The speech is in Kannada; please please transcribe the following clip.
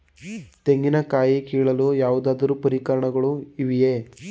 ತೆಂಗಿನ ಕಾಯಿ ಕೀಳಲು ಯಾವುದಾದರು ಪರಿಕರಗಳು ಇವೆಯೇ?